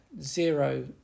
zero